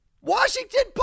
Washington